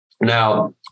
Now